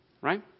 Right